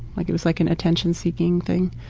like it was like an attention seeking thing.